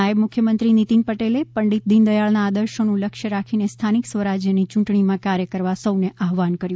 નાયબ મુખ્યમંત્રી નીતિન પટેલે પંડિત દિનદયાળના આદર્શોનું લક્ષ્ય રાખીને સ્થાનિક સ્વરાજની ચૂંટણીમાં કાર્ય કરવા સૌને આહ્વાન કર્યું